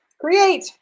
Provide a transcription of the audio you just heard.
create